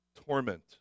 torment